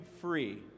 free